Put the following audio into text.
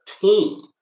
team